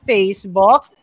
Facebook